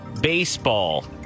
baseball